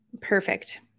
perfect